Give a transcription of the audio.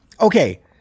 Okay